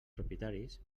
propietaris